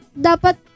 dapat